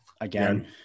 again